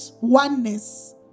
oneness